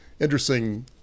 interesting